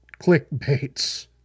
clickbaits